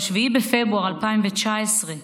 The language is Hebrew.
ב-7 בפברואר 2019,